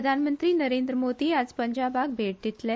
प्रधानमंत्री नरेंद्र मोदी आयज पंजाबाक भेट दितले